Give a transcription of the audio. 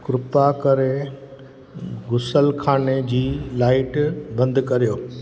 कृपा करे गुसलखाने जी लाईट बंदि कयो